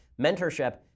mentorship